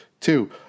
two